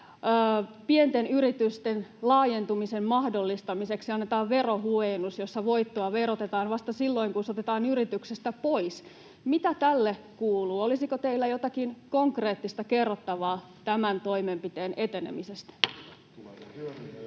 pienten yritysten laajentumisen mahdollistamiseksi annetaan verohuojennus, jossa voittoa verotetaan vasta silloin, kun se otetaan yrityksestä pois? Olisiko teillä jotakin konkreettista kerrottavaa tämän toimenpiteen etenemisestä?